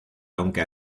aunque